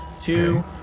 Two